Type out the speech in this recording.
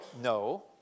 No